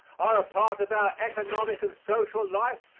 are a part of our economic and social life,